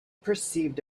perceived